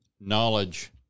knowledge